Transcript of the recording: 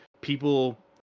people